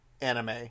anime